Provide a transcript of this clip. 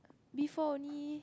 B four only